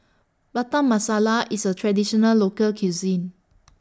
Butter Masala IS A Traditional Local Cuisine